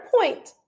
point